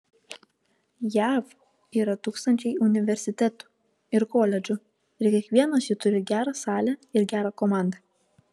jav yra tūkstančiai universitetų ir koledžų ir kiekvienas jų turi gerą salę ir gerą komandą